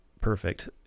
perfect